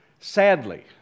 sadly